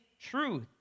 truth